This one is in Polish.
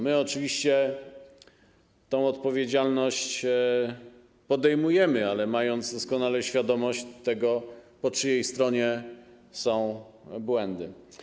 My oczywiście tę odpowiedzialność poniesiemy, ale mając doskonale świadomość tego, po czyjej stronie są błędy.